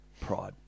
Pride